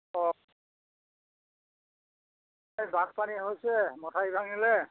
অঁ এই বানপানী হৈছে মথাউৰি ভাঙিলে